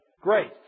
Great